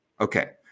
Okay